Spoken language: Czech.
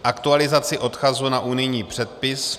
aktualizaci odkazu na unijní předpis;